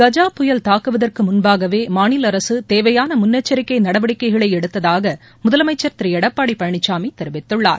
கஜா புயல் தாக்குவதற்கு முன்பாகவே மாநில அரசு தேவையான முன்னெச்சரிக்கை நடவடிக்கைகளை எடுத்ததாக முதலமைச்சர் திரு எடப்பாடி பழனிசாமி தெரிவித்துள்ளார்